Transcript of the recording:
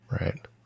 Right